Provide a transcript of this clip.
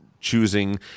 choosing